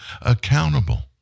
accountable